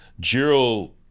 Jiro